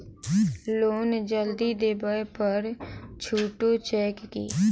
Loan जल्दी देबै पर छुटो छैक की?